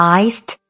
iced